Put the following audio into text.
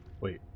Wait